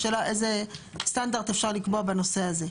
השאלה איזה סטנדרט אפשר לקבוע בנושא הזה.